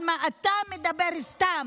אתה מדבר סתם.